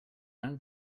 going